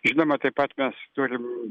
žinoma taip pat mes turim